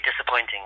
disappointing